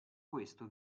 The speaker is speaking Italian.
questo